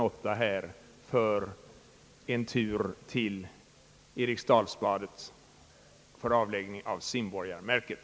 8 för en tur till Eriksdalsbadet i och för avläggande av prov för simborgarmärket!